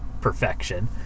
perfection